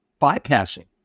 bypassing